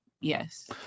yes